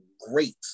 great